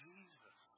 Jesus